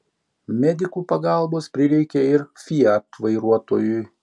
medikų pagalbos prireikė ir fiat vairuotojui